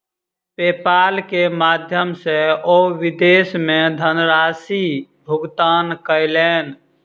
PayPal के माध्यम सॅ ओ विदेश मे धनराशि भुगतान कयलैन